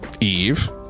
Eve